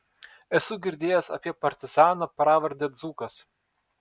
esu girdėjęs apie partizaną pravarde dzūkas